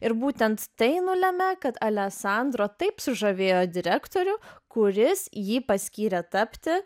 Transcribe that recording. ir būtent tai nulemia kad aleksandro taip sužavėjo direktorių kuris jį paskyrė tapti